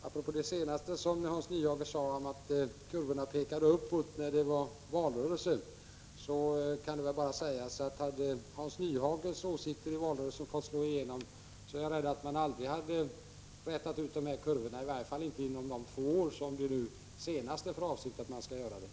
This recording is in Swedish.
Apropå det som Hans Nyhage sade om att kurvorna pekade uppåt när det var valrörelse kan väl bara sägas att om Hans Nyhages åsikter i valrörelsen 57 fått slå igenom, är jag rädd för att man aldrig hade rätat ut de här kurvorna, i varje fall inte inom de två år man nu senast har för avsikt att göra det.